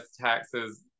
taxes